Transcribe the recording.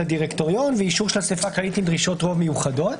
הדירקטוריון ואישור של אסיפה כללית עם דרישות מיוחדות.